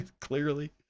Clearly